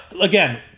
again